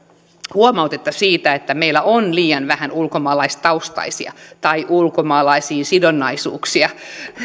huomautettu siitä että meillä on liian vähän ulkomaalaistaustaisia tai ulkomaalaissidonnaisuuksia